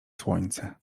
słońce